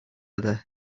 other